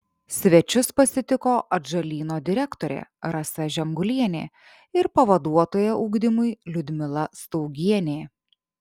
svečius pasitiko atžalyno direktorė rasa žemgulienė ir pavaduotoja ugdymui liudmila staugienė